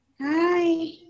Hi